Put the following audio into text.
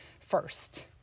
first